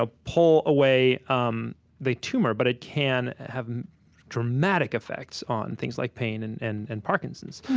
ah pull away um the tumor, but it can have dramatic effects on things like pain and and and parkinson's.